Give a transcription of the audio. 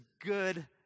good